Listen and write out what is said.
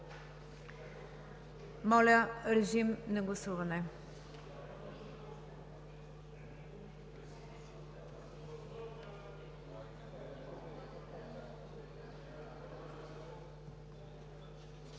Моля, режим на гласуване.